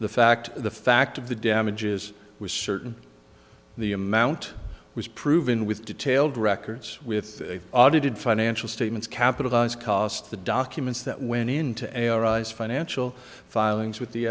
the fact the fact of the damages was certain the amount was proven with detailed records with audited financial statements capitalized cost the documents that went into a our eyes financial filings with the